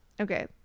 Okay